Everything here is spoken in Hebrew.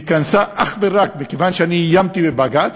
והתכנסה אך ורק מכיוון שאני איימתי בבג"ץ,